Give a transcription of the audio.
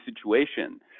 situation